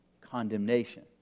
Condemnation